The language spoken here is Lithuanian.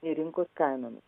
nei rinkos kainomis